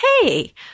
hey